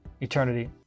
eternity